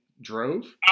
drove